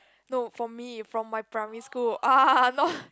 no for me from my primary school ah not